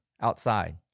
outside